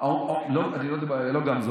כל מה שאומר גמזו, לא גמזו.